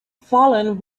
fallen